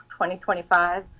2025